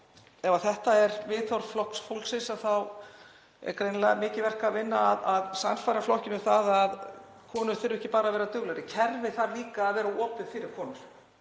Ef þetta er viðhorf Flokks fólksins þá er greinilega mikið verk að vinna að sannfæra flokkinn um að konur þurfa ekki að vera bara duglegri, kerfið þarf líka að vera opið fyrir konur.